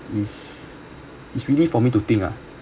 is is really for me to think ah